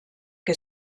que